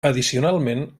addicionalment